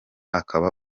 akaba